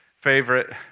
favorite